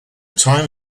time